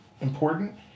important